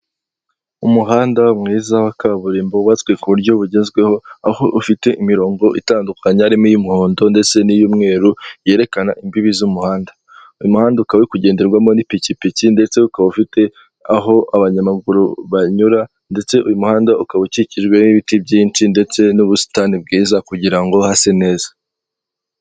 Umuhanda mwiza wa kaburimbo wubatswe ku buryo bugezweho, aho ufite imironko itandukanye harimo iy'umuhondo ndetse n'iy'umweru, yerekana imbibi z'umuhanda, uyu muhanda ukaba uri kugendamo ipikipiki uka ufite aho abanyamaguru banyura, ndetse uyu muhanda ukaba ukikijwe n'ibiti byinshi ndetse n'ubusitani bwiza kugirango hase neza.